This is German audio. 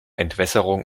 entwässerung